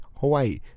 hawaii